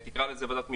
תקרא לזה ועדת משנה,